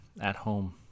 at-home